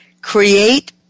create